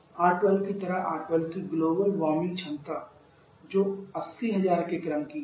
R 12 की तरह R 12 की ग्लोबल वार्मिंग क्षमता जो 8000 के क्रम की है